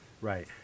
Right